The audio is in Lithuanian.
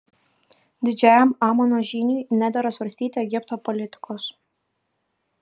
didžiajam amono žyniui nedera svarstyti egipto politikos